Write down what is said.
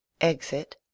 Exit